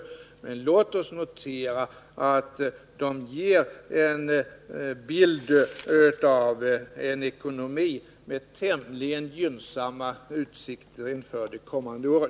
Men låt oss notera att de ger en bild av en ekonomi med tämligen gynnsamma utsikter inför det kommande året!